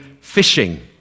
fishing